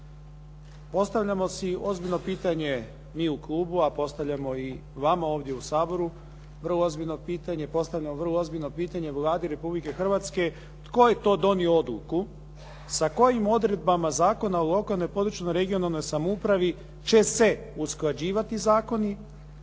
postavljamo si ozbiljno pitanje mi u klubu a postavljamo i vama ovdje u Saboru vrlo ozbiljno pitanje, postavljamo vrlo ozbiljno pitanje Vladi Republike Hrvatske tko je to donio odluku, sa kojim odredbama Zakona o lokalnoj i područnoj (regionalnoj) samoupravi će se usklađivati zakoni